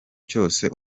cyose